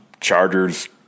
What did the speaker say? Chargers